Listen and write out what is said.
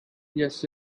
yes